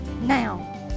Now